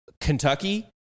Kentucky